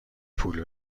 پول